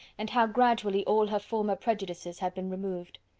and how gradually all her former prejudices had been removed.